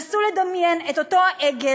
נסו לדמיין את אותו העגל